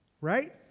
right